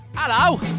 Hello